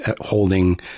holding